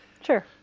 Sure